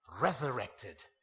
resurrected